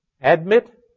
Admit